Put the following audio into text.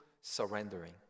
surrendering